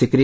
Sikri